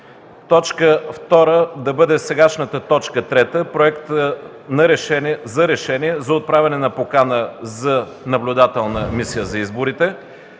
Точка втора да бъде сегашната точка трета – Проект за решение за отправяне на покана за наблюдателна мисия за изборите.